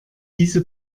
diese